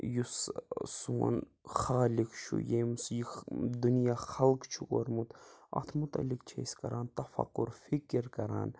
یُس ٲں سون خالق چھُ ییٚمِس یہِ دُنیا خلق چھُ کوٚرمُت اَتھ متعلق چھِ أسۍ کَران تفکر فکر کَران